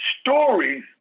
stories